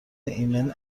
ایمن